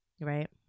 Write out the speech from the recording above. right